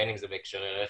בין אם זה בהקשרי רכש,